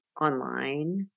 online